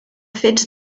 fets